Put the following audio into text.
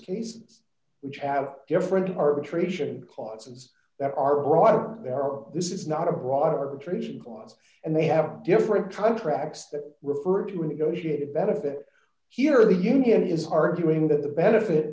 cases which have different arbitration clauses that are brought there are this is not a broad arbitration clause and they have different contracts that refer to a negotiated benefit here the union is arguing that the benefit